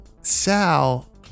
Sal